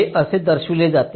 हे असे दर्शविले जाते